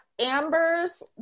Amber's